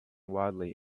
wildly